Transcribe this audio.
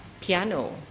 piano